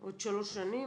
עוד שלוש שנים?